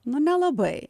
nu nelabai